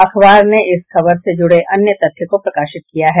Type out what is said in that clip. अखबार ने इस खबर से जुड़े अन्य तथ्य को प्रकाशित किया है